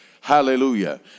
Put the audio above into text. Hallelujah